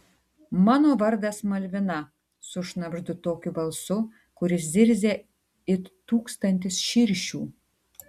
mano vardas malvina sušnabždu tokiu balsu kuris zirzia it tūkstantis širšių